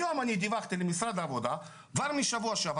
היום דיווחתי למשרד העבודה שכבר משבוע שעבר